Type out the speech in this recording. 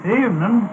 evening